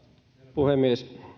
puhemies